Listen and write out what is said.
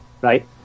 Right